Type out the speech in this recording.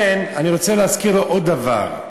אני רוצה להזכיר עוד דבר.